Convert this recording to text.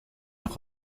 nach